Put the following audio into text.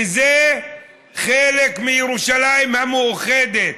וזה חלק מירושלים המאוחדת.